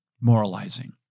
Moralizing